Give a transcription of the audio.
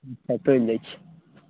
अच्छा तोलि दै छी